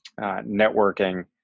networking